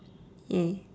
!yay!